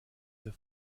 der